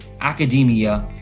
academia